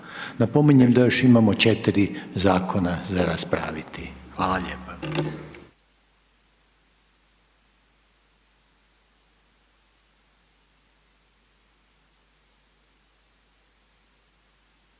Napominjem da još imamo 4 Zakona za raspraviti, hvala